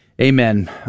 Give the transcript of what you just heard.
Amen